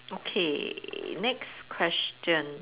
okay next question